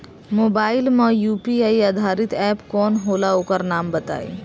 Mobile म UPI आधारित app कौन होला ओकर नाम बताईं?